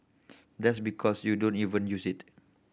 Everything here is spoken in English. that's because you don't even use it